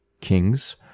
kings